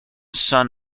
son